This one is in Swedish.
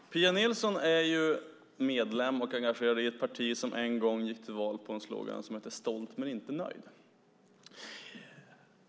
Fru talman! Pia Nilsson är ju medlem och engagerad i ett parti som en gång gick till val på en slogan som hette Stolt men inte nöjd.